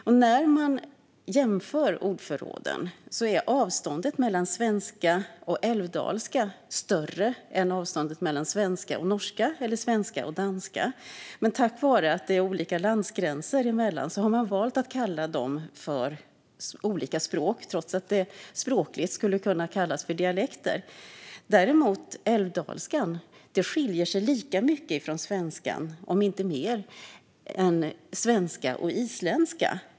Jämför man ordförråden är avståndet mellan svenska och älvdalska större än avståndet mellan svenska och norska eller svenska och danska. Men på grund av att det är landsgränser emellan har man valt att kalla dem för olika språk trots att de språkligt skulle kunna kallas dialekter. Älvdalskan skiljer sig dock lika mycket, om inte mer, från svenskan som svenskan från isländskan.